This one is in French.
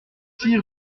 six